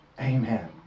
Amen